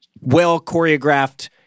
well-choreographed